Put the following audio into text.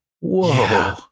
Whoa